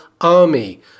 army